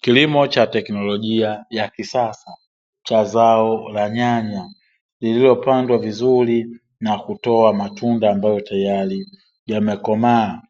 Kilimo cha teknolojia ya kisasa cha zao la nyanya, lililopandwa vizuri na kutoa matunda yaliyo tayari yamekomaa,